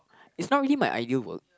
is not really my ideal work